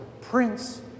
Prince